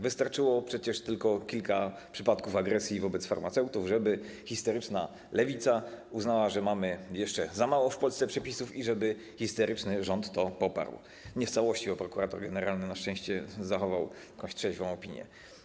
Wystarczyło przecież tylko kilka przypadków agresji wobec farmaceutów, żeby histeryczna Lewica uznała, że mamy jeszcze za mało w Polsce przepisów, i żeby histeryczny rząd to poparł, nie w całości, bo prokurator generalny na szczęście zachował dość trzeźwą opinię.